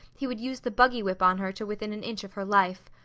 he would use the buggy whip on her to within an inch of her life.